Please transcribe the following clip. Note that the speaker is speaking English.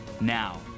Now